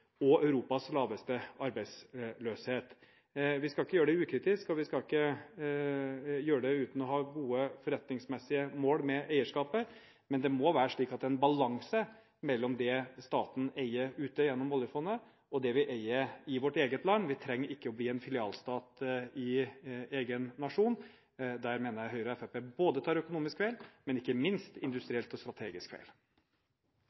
og Europas laveste arbeidsløshet. Vi skal ikke gjøre det ukritisk, og vi skal ikke gjøre det uten å ha gode forretningsmessige mål med eierskapet, men det må være slik at det er en balanse mellom det staten eier ute gjennom oljefondet og det vi eier i vårt eget land. Vi trenger ikke å bli en filialstat i egen nasjon. Der mener jeg Høyre og Fremskrittspartiet tar økonomisk feil, men ikke minst